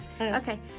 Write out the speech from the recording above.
Okay